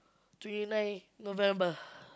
twenty nine November